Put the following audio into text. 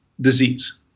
disease